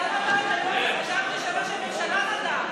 תודה רבה, חשבתי שראש הממשלה נתן.